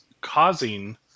causing